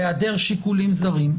היעדר שיקולים זרים.